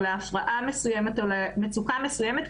הפרעה מסוימת או מצוקה מסוימת,